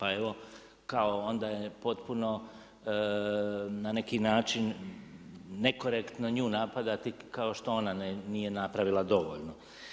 Ali evo kao onda je potpuno na neki način nekorektno nju napadati kao što ona nije napravila dovoljno.